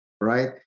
right